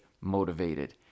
motivated